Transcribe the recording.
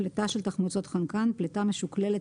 "פליטה של תחמוצות חנקן" פליטה משוקללת